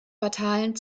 fatalen